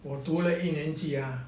我读了一年级啊